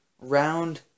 round